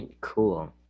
cool